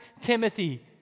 Timothy